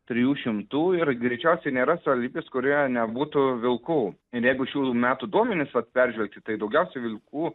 trijų šimtų ir greičiausiai nėra savivaldybės kurioje nebūtų vilkų ir jeigu šių metų duomenis vat peržvelgti tai daugiausiai vilkų